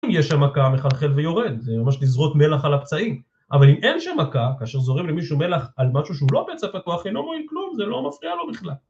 אם יש שם מכה, מחלחל ויורד. זה ממש לזרות מלח על הפצעים. אבל אם אין שם מכה, כאשר זורים למישהו מלח על משהו שהוא לא פצע פתוח, אינו מועיל כלום, זה לא מפריע לו בכלל.